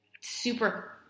super